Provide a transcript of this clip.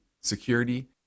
security